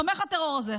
תומך הטרור הזה,